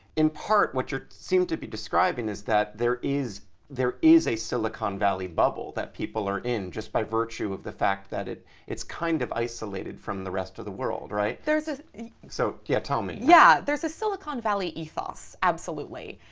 in part what you seem to be describing is that there is there is a silicon valley bubble that people are in just by virtue of the fact that it's it's kind of isolated from the rest of the world. right? so so yeah tell me. yeah, there's a silicon valley ethos. absolutely.